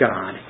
God